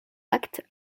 actes